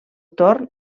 torn